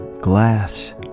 glass